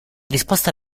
risposta